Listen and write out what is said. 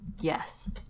Yes